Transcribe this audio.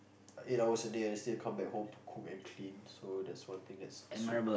eight hours a day and still need come back home to cook and clean so that's one thing that's sup~